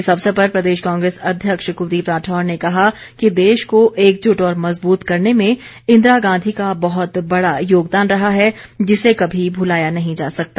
इस अवसर पर प्रदेश कांग्रेस अध्यक्ष कुलदीप राठौर ने कहा कि देश को एकजुट और मजबूत करने में इंदिरा गांधी का बहत बड़ा योगदान रहा है जिसे कभी भुलाया नहीं जा सकता